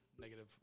negative